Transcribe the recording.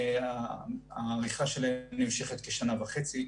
העריכה שלהן נמשכת כשנה וחצי.